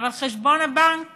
אבל חשבון הבנק